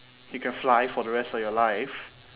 you can fly for the rest of your life